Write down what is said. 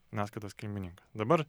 naskaitos kilmininką dabar